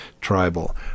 tribal